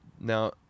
Now